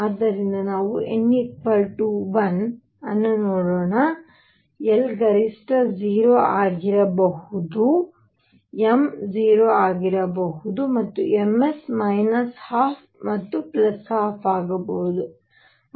ಆದ್ದರಿಂದ ನಾವು n 1 ಅನ್ನು ನೋಡೋಣ l ಗರಿಷ್ಠ 0 ಆಗಿರಬಹುದು m 0 ಆಗಿರಬಹುದು ಮತ್ತು ms 12 ಮತ್ತು 12 ಆಗಬಹುದು